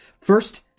First